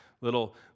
Little